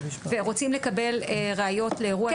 ורוצים לקבל ראיות לאירוע שלא ---?